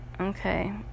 okay